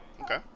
Okay